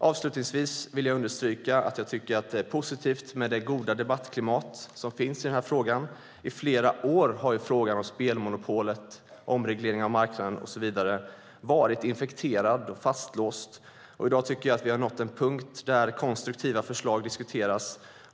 Avslutningsvis vill jag understryka att det är positivt med det goda debattklimat som finns i den här frågan. I flera år har frågan om spelmonopolet, omreglering av marknaden och så vidare varit infekterad och fastlåst. I dag har vi nått en punkt där konstruktiva förslag diskuteras.